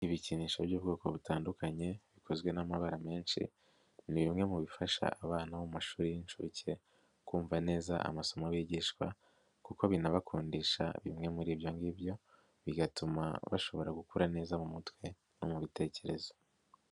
lbikinisho by'ubwoko butandukanye, bikozwe n'amabara menshi ni bimwe mu bifasha abana bo mu mashuri y'inshuke, kumva neza amasomo bigishwa kuko binabakundisha bimwe muri ibyo ngibyo, bigatuma bashobora gukura neza mu mutwe no mu bitekerezo.